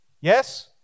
Yes